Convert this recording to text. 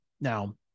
Now